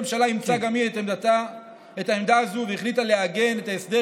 הממשלה אימצה גם היא את העמדה הזו והחליטה לעגן את ההסדר